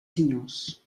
senyors